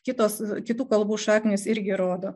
kitos kitų kalbų šaknys irgi rodo